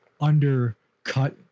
undercut